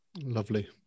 lovely